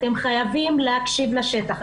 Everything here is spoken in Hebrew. אתם חייבים להקשיב לשטח,